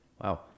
Wow